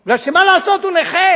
כי, מה לעשות, הוא נכה.